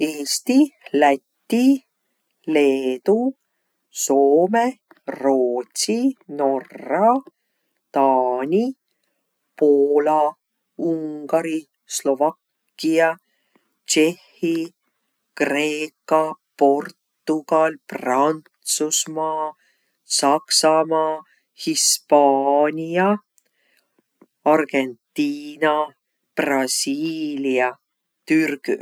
Eesti, Läti, Leedu, Soome, Roodsi, Norra, Taani, Poola, Ungari, Slovakkia, Tšehhi, Kreeka, Portugal, Prantsusmaa, Saksamaa, Hispaania, Argentiina, Brasiilia, Türgü.